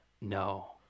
no